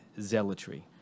zealotry